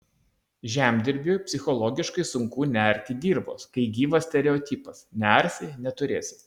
žemdirbiui psichologiškai sunku nearti dirvos kai gyvas stereotipas nearsi neturėsi